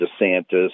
DeSantis